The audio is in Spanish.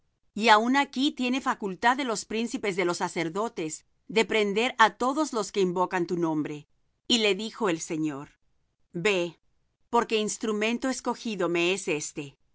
y aun aquí tiene facultad de los príncipes de los sacerdotes de prender á todos los que invocan tu nombre y le dijo el señor ve porque instrumento escogido me es